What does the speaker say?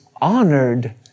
honored